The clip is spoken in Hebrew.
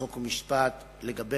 חוק ומשפט לגבי